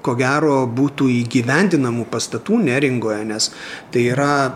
ko gero būtų įgyvendinamų pastatų neringoje nes tai yra